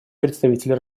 представитель